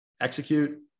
execute